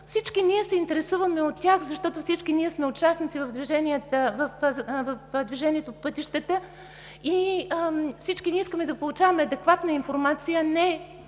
Всички ние се интересуваме от тях, защото всички ние сме участници в движението по пътищата и всички ние искаме да получаваме адекватна информация, а